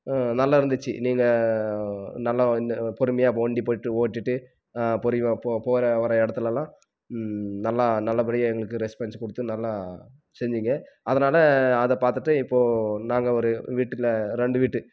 நல்லாருந்துச்சு நீங்கள் நல்லா வந்து பொறுமையாக வண்டி போய்ட்டு ஓட்டிட்டு பொறி போ போகிற வர இடத்துலலாம் நல்லா நல்லபடியாக எங்களுக்கு ரெஸ்பான்ஸ் கொடுத்து நல்லா செஞ்சிங்கள் அதனால் அதை பார்த்துட்டு இப்போது நாங்கள் ஒரு வீட்டில் ரெண்டு வீட்டு